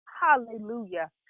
Hallelujah